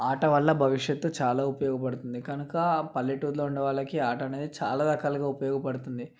అట వల్ల భవిష్యత్తు చాలా ఉపయోగపడుతుంది కనుక పల్లెటూరిలో ఉన్న వాళ్ళకి అట అనేది చాలా రకాలుగా ఉపయోగపడుతుంది